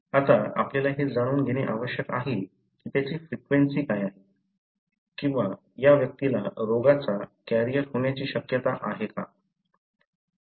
आता आपल्याला हे जाणून घेणे आवश्यक आहे की त्याची फ्रिक्वेंसी काय आहे किंवा या व्यक्तीला रोगाचा कॅरियर होण्याची शक्यता काय आहे